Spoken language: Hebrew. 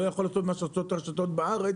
יכול לעשות את מה שעושות הרשתות בארץ,